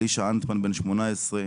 אלישע אלטמן בן 18,